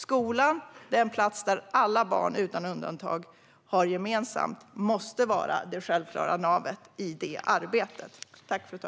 Skolan är den plats som alla barn, utan undantag, har gemensamt och måste vara det självklara navet i det arbetet.